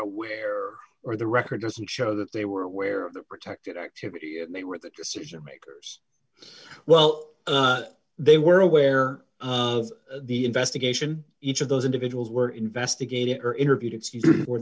aware or the record doesn't show that they were aware of the protected activity and they were the decision makers well they were aware of the investigation each of those individuals were investigated or interview